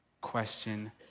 question